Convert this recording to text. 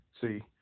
See